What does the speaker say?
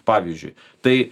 pavyzdžiui tai